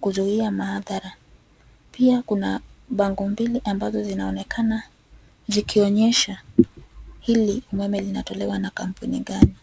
kuzuia maadhara. Pia kuna bango mbili ambazo zinaonekana zikionyesha hili umeme linatolewa na kampuni gani.